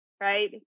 Right